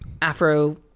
Afro